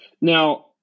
Now